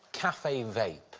cafe vape.